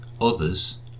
Others